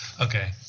Okay